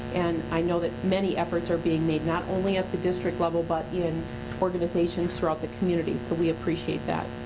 and i know that many efforts are being made, not only at the district level but in organizations throughout the communities, so we appreciate that.